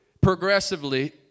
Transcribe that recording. progressively